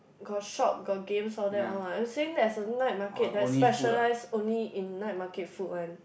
got shop got games all that one what I'm saying there's a night market that specialize only in night market food one